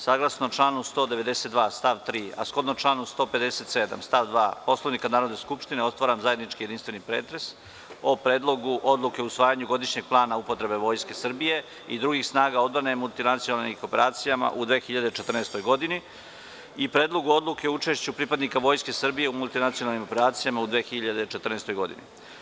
Saglasno članu 192. stav 3, a shodno članu 157. stav 2. Poslovnika Narodne skupštine, otvaram zajednički jedinstveni pretres o: Predlogu odluke o usvajanju Godišnjeg plana upotrebe Vojske Srbije i drugih snaga odbrane u multinacionalnim operacijama u 2014. godini i Predlogu odluke o učešću pripadnika Vojske Srbije u 2014. godini.